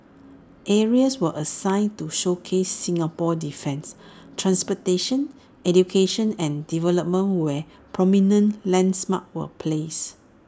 areas were assigned to showcase Singapore's defence transportation education and development where prominent landmarks were placed